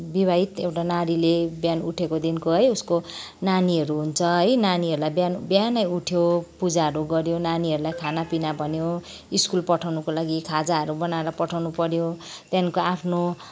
विवाहित एउटा नारीले बिहान उठेकोदेखिको है उसको नानीहरू हुन्छ है नानीहरूलाई बिहान बिहानै उठ्यो पूजाहरू गऱ्यो नानीहरूलाई खानापीना भन्यो स्कुल पठाउनुको लागि खाजाहरू बनाएर पठाउनुपऱ्यो त्यहाँदेखिनको आफ्नो